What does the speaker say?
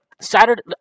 saturday